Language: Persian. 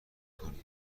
کنیم